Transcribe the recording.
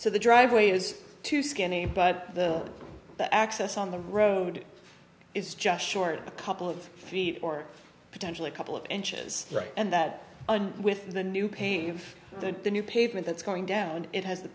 so the driveway is too skinny but the access on the road is just short a couple of feet or potentially a couple of inches right and that with the new pave the new pavement that's going down and it has the